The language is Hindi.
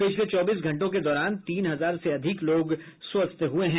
पिछले चौबीस घंटों के दौरान तीन हजार से अधिक लोग स्वस्थ हुए हैं